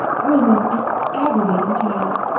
you are the most aggravating child!